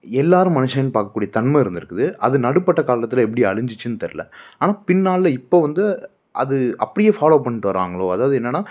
எல்லாரும் மனுஷன்னு பார்க்கக்கூடிய தன்மை இருந்துருக்குது அது நடுப்பட்ட காலத்தில் எப்படி அழிஞ்சிச்சின்னு தெரில ஆனால் பின்னால் இப்போ வந்து அது அப்படியே ஃபாலோ பண்ணிட்டு வராங்களோ அதாவது என்னன்னா